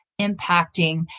impacting